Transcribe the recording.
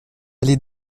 allée